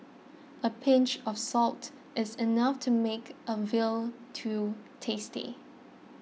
a pinch of salt is enough to make a veal till tasty